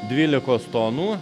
dvylikos tonų